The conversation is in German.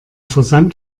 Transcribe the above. versand